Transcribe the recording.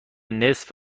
نصف